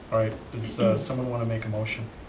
right, does someone want to make a motion?